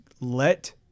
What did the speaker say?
let